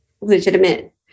legitimate